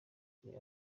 ebyiri